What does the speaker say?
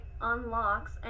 unlocks